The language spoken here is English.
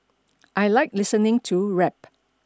I like listening to rap